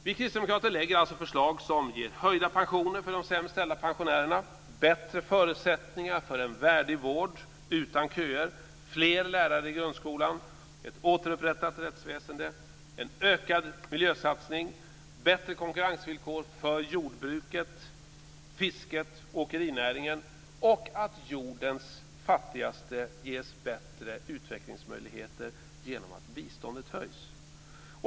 Vi kristdemokrater lägger alltså fram förslag som ger höjda pensioner för de sämst ställda pensionärerna, bättre förutsättningar för en värdig vård utan köer, fler lärare i grundskolan, ett återupprättat rättsväsende, en ökad miljösatsning, bättre konkurrensvillkor för jordbruket, fisket och åkerinäringen samt ger jordens fattigaste bättre utvecklingsmöjligheter genom att biståndet höjs.